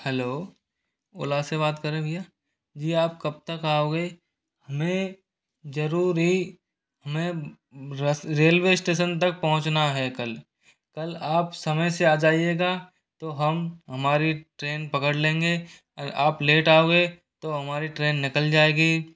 hello Ola से बात कर रहे भैया जी आप कब तक आओगे हमें जरूरी हमें रेलवे स्टेशन तक पहुंचना है कल कल आप समय से आ जाएगा तो हम हमारी ट्रेन पकड़ लेंगे अगर आप लेट आओगे तो हमारी ट्रेन निकल जाएगी